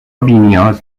بینیاز